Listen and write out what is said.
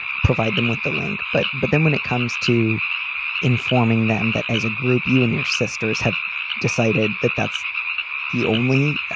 provide them with the link. but but then when it comes to informing them that as a group, you and your sisters have decided that that's the only